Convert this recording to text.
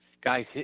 Guys